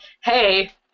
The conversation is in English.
Hey